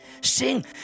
Sing